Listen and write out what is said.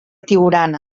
tiurana